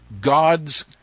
God's